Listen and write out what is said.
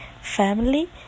family